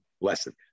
lesson